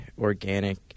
organic